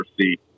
see